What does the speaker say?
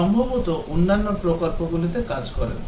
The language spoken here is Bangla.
সম্ভবত অন্যান্য প্রকল্পগুলিতে কাজ করেন